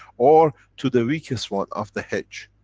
or to the weakest one of the h.